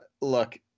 Look